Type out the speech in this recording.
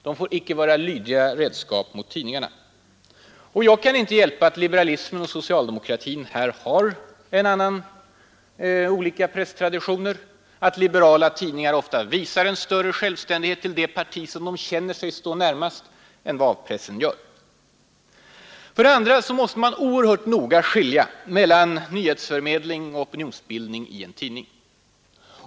De får inte vara lydiga redskap. Och jag kan inte hjälpa att liberalismen och socialdemokratin har olika presstraditioner, att liberala tidningar oftare visar större självständighet i förhållandet till det parti som de känner sig stå närmast än vad A-pressen gör. För det andra måste man oerhört noga skilja mellan nyhetsförmedling och opinionsbildning i en tidning.